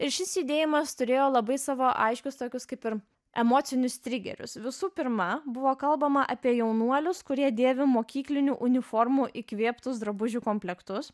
ir šis judėjimas turėjo labai savo aiškius tokius kaip ir emocinius trigerius visų pirma buvo kalbama apie jaunuolius kurie dėvi mokyklinių uniformų įkvėptus drabužių komplektus